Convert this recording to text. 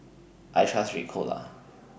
I Trust Ricola